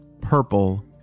purple